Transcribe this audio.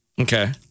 Okay